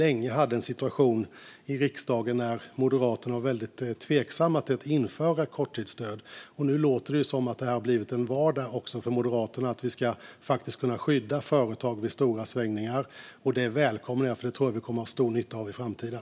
Länge hade vi en situation i riksdagen där Moderaterna var väldigt tveksamma till att införa ett korttidsstöd. Nu låter det som att det har blivit vardag också för Moderaterna att vi ska kunna skydda företag vid stora svängningar. Det välkomnar jag, för det tror jag att vi kommer att ha stor nytta av i framtiden.